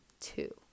two